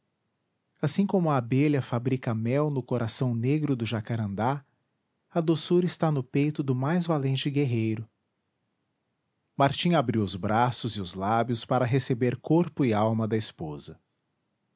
assim como a abelha fabrica mel no coração negro do jacarandá a doçura está no peito do mais valente guerreiro martim abriu os braços e os lábios para receber corpo e alma da esposa